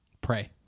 Pray